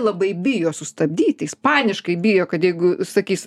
labai bijo sustabdyti jis paniškai bijo kad jeigu sakys